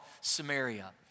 Samaria